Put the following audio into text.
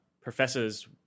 Professors